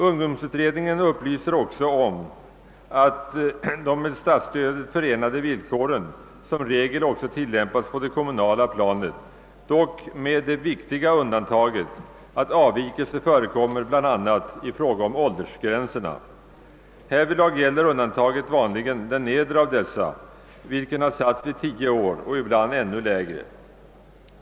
Ungdomsutredningen upplyser också om att de med statsstödet förenade villkoren som regel även tillämpas på det kommunala planet, dock med det viktiga undantaget att avvikelse förekommer bl.a. i fråga om åldersgränserna. Härvidlag gäller undantaget vanligen den nedre av dessa gränser vilken har satts vid 10 år och ibland ännu lägre.